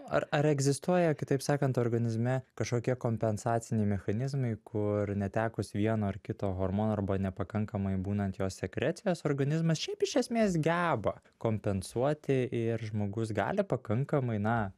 ar egzistuoja kitaip sakant organizme kažkokie kompensaciniai mechanizmai kur netekus vieno ar kito hormono arba nepakankamai būnant jo sekrecijos organizmas šiaip iš esmės geba kompensuoti ir žmogus gali pakankamai na